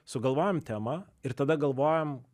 sugalvojam temą ir tada galvojam